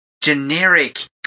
generic